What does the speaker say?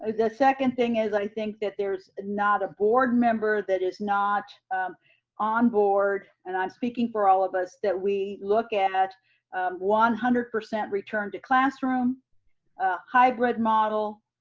the second thing is, i think that there's not a a board member that is not on board and i'm speaking for all of us, that we look at one hundred percent return to classroom, a hybrid model,